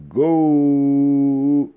go